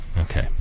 Okay